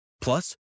Plus